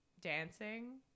dancing